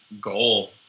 goal